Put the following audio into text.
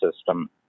system